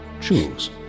Choose